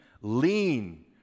Lean